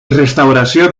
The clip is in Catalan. restauració